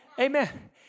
Amen